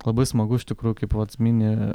labai smagu iš tikrųjų kaip vat mini